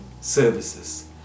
services